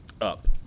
Up